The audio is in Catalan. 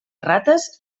rates